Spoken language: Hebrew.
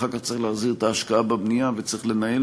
אחר כך צריך להחזיר את ההשקעה בבנייה וצריך לנהל